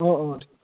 অঁ অঁ